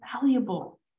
valuable